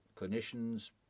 clinicians